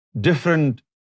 different